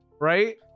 right